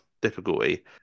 difficulty